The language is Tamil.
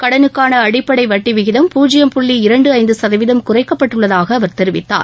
கடனுக்கான அடிப்படை வட்டி விகிதம் பூஜ்ஜியம் புள்ளி இரண்டு ஐந்து சதவீதம் குறைக்கப்பட்டுள்ளதாக அவர் தெரிவித்தார்